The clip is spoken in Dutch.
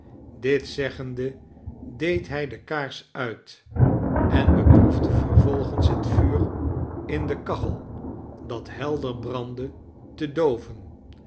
dit zeggende deed hij de kaars uit en beproefde vervolgens het vuur in de kachel dat helder brandde te dooven